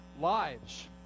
lives